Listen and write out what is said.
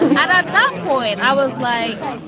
and and at that point, i was like,